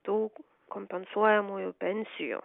tų kompensuojamųjų pensijų